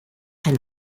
and